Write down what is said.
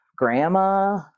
Grandma